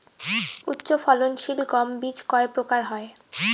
উচ্চ ফলন সিল গম বীজ কয় প্রকার হয়?